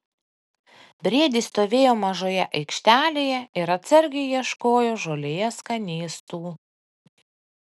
briedis stovėjo mažoje aikštelėje ir atsargiai ieškojo žolėje skanėstų